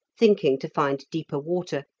thinking to find deeper water,